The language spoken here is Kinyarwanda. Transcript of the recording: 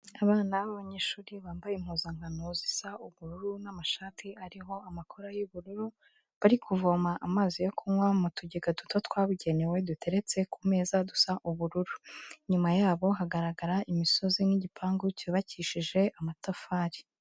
Abana b'abanyeshuri bambaye impuzankano zisa ubururu n'amashati ariho amakora y'ubururu, bari kuvoma amazi yo kunywa mutugega duto twabugenewe duteretse kumeza dusa ubururu. Inyuma yabo hagaragara imisozi n'igipangu cyubakishije amatafari.